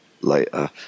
Later